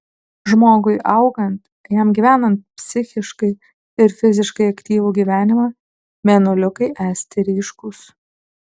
žmogui augant jam gyvenant psichiškai ir fiziškai aktyvų gyvenimą mėnuliukai esti ryškūs